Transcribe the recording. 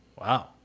Wow